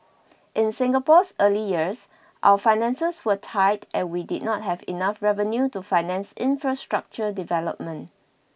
in Singapore's early years our finances were tight and we did not have enough revenue to finance infrastructure development